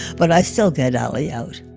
but i still get aliyot